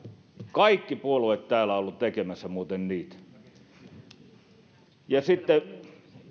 kaikki puolueet täällä ovat olleet tekemässä muuten niitä sitten